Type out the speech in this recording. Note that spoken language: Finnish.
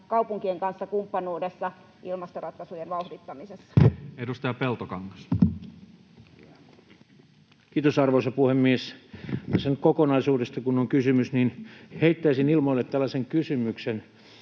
kaupunkien kanssa kumppanuudessa ilmastoratkaisujen vauhdittamisessa. Edustaja Peltokangas. Kiitos, arvoisa puhemies! Kun tässä nyt kokonaisuudesta on kysymys, niin heittäisin ilmoille tällaisen kysymyksen.